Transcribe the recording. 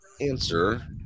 answer